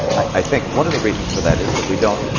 i think one of the reasons for that is that we don't